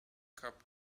cup